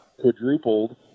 quadrupled